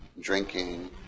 drinking